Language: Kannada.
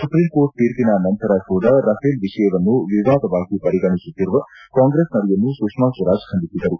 ಸುಪ್ರೀಂಕೋರ್ಟ್ ತೀರ್ಷಿನ ನಂತರ ಕೂಡ ರಫೇಲ್ ವಿಷಯವನ್ನು ವಿವಾದವಾಗಿ ಪರಿಗಣಿಸುತ್ತಿರುವ ಕಾಂಗ್ರೆಸ್ ನಡೆಯನ್ನು ಸುಷ್ಮಾ ಸ್ವರಾಜ್ ಖಂಡಿಸಿದರು